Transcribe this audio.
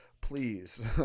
please